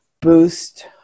boost